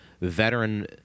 veteran